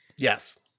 Yes